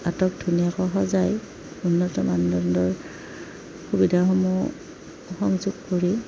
আটকধুনীয়াকৈ সজায় উন্নত মানদণ্ডৰ সুবিধাসমূহ সংযোগ কৰি